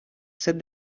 said